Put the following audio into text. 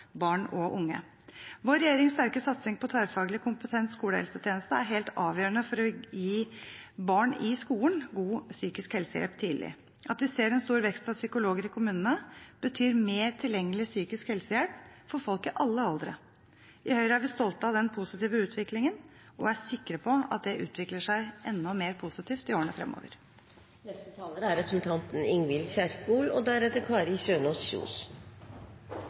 barn og unge. Vår regjerings sterke satsing på tverrfaglig og kompetent skolehelsetjeneste er helt avgjørende for å gi barn i skolen god psykisk helsehjelp tidlig. At vi ser en stor vekst av psykologer i kommunene, betyr mer tilgjengelig psykisk helsehjelp for folk i alle aldre. I Høyre er vi stolt av den positive utviklingen og er sikre på at det utvikler seg enda mer positivt i årene fremover. Vi vet at psykiske problemer er